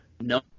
No